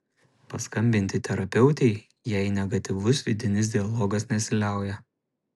paskambinti terapeutei jei negatyvus vidinis dialogas nesiliauja